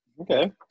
Okay